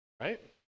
right